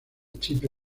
chipre